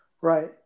Right